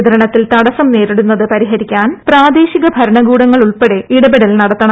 വിതരണത്തിൽ തടസ്സം നേരിടുന്നത് പരിഹരിക്കാൻ പ്രാദേശിക ഭരണകൂടങ്ങളുൾപ്പെടെ ഇടപെടൽ നടത്തണം